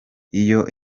iyo